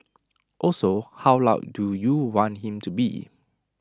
also how loud do you want him to be